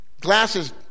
glasses